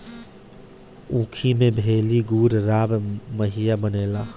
ऊखी से भेली, गुड़, राब, माहिया बनेला